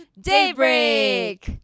Daybreak